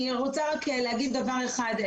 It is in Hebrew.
אני רוצה לומר דבר אחד.